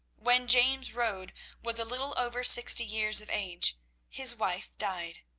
when james rode was a little over sixty years of age his wife died.